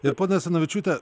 ir ponia asanavičiūte